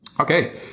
Okay